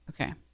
Okay